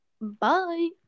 Bye